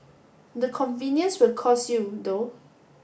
the convenience will cost you though